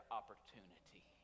opportunity